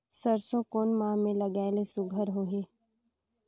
सरसो कोन माह मे लगाय ले सुघ्घर होही?